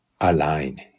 align